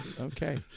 Okay